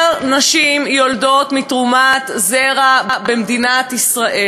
יותר נשים יולדות מתרומת זרע במדינת ישראל,